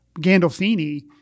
Gandolfini –